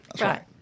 Right